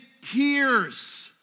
tears